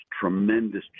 Tremendous